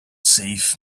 save